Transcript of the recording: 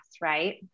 right